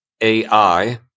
AI